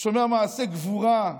שומע מעשי גבורה,